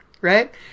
right